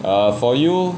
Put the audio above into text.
err for you